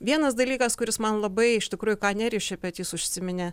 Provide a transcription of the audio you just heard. vienas dalykas kuris man labai iš tikrųjų ką nerijus šepetys užsiminė